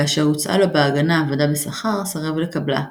כאשר הוצעה לו ב"הגנה" עבודה בשכר, סירב לקבלה,